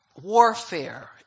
Warfare